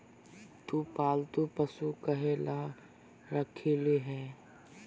तु पालतू पशु काहे ला रखिली हें